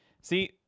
see